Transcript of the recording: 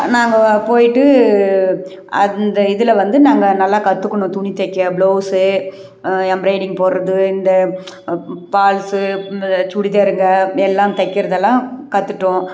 நாங்கள் போய்ட்டு அந்த இதில் வந்து நாங்கள் நல்லா கற்றுக்குனோம் துணி தைக்க ப்ளவுஸு எம்ராய்டிங் போடுறது இந்த பால்ஸு இந்த சுடிதாருங்க எல்லாம் தைக்கிறதெல்லாம் கத்துட்டோம்